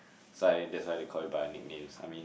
that's why that's why they call you by your nicknames I mean